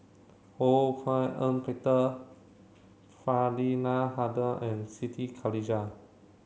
Ho Hak Ean Peter Faridah Hanum and Siti Khalijah